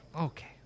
okay